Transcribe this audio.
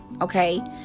okay